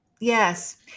yes